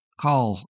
call